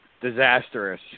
disastrous